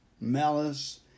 malice